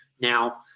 now